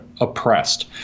oppressed